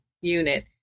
unit